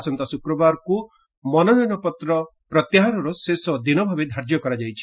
ଆସନ୍ତା ଶ୍ରୁକ୍ରବାରକୁ ମନୋନୟନ ପତ୍ର ପ୍ରତ୍ୟାହାରର ଶେଷ ଦିନଭାବେ ଧାର୍ଯ୍ୟ କରାଯାଇଛି